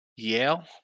Yale